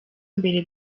mbere